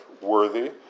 Worthy